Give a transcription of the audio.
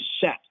set